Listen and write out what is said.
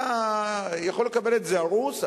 אתה יכול לקבל את זה הרוס,